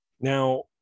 Now